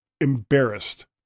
embarrassed